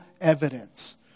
evidence